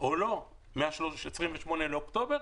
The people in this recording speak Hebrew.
ולא מ-28 באוקטובר.